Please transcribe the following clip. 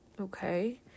okay